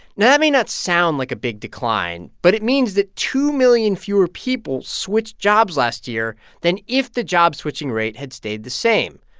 now that may not sound like a big decline, but it means that two million fewer people switched jobs last year than if the job-switching rate had stayed same.